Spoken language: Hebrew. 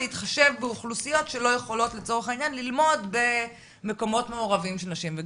להתחשב באוכלוסיות שלא יכולות ללמוד במקומות מעורבים של נשים וגברים,